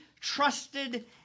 trusted